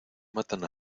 matan